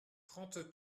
trente